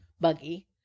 buggy